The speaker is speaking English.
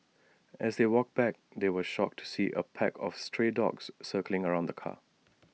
as they walked back they were shocked to see A pack of stray dogs circling around the car